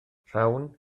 rhawn